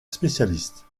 spécialiste